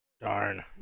Darn